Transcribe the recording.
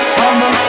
I'ma